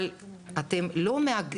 אבל אתם לא,